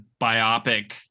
biopic